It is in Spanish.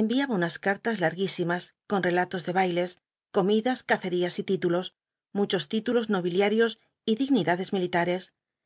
enviaba unas cartas larguísimas con relatos de bailes comidas cacerías y títulos muchos títulos nobiliarios y dignidades militares